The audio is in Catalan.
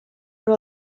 però